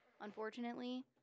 unfortunately